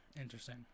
Interesting